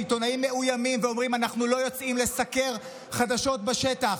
שעיתונאים מאוימים ואומרים: אנחנו לא יוצאים לסקר חדשות בשטח,